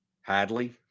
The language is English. Hadley